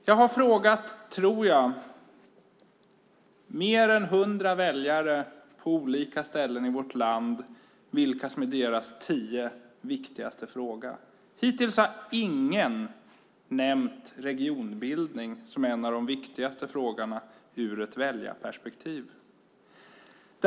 Jag har frågat mer än 100 väljare, tror jag, på olika ställen i vårt land vilka deras tio viktigaste frågor är. Hittills har ingen nämnt regionbildning som en av de viktigaste frågorna i ett väljarperspektiv.